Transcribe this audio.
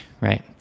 right